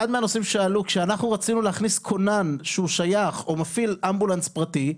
כשאנחנו רצינו להכניס כונן שהוא שייך או מפעיל אמבולנס פרטי,